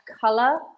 color